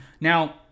Now